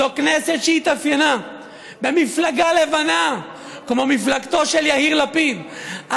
זו כנסת שהתאפיינה במפלגה לבנה כמו מפלגתו של יהיר לפיד,